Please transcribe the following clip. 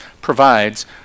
provides